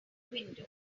window